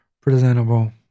presentable